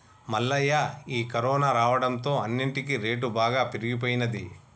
మల్లయ్య ఈ కరోనా రావడంతో అన్నిటికీ రేటు బాగా పెరిగిపోయినది